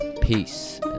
Peace